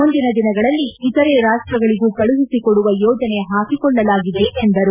ಮುಂದಿನ ದಿನಗಳಲ್ಲಿ ಇತರೆ ರಾಷ್ಟಗಳಿಗೂ ಕಳುಹಿಸಿಕೊಡುವ ಯೋಜನೆ ಹಾಕಿಕೊಳ್ಳಲಾಗಿದೆ ಎಂದರು